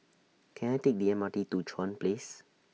Can I Take The M R T to Chuan Place